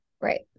right